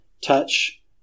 touch